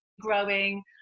growing